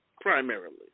Primarily